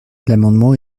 l’amendement